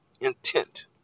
Intent